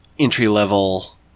entry-level